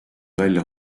välja